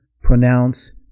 pronounce